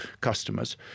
customers